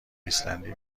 ایسلندی